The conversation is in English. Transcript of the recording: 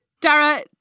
Dara